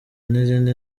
n’izindi